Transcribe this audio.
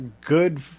good